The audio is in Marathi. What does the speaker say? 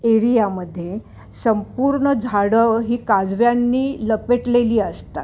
एरियामध्ये संपूर्ण झाडं ही काजव्यांनी लपेटलेली असतात